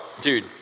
dude